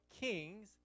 Kings